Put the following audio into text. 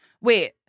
Wait